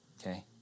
Okay